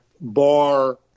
bar